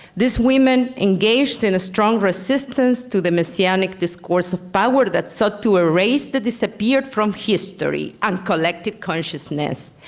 this women engaged in a strong resistance to the messianic discourse of power that sought to erase the disappeared from history and collective consciousness.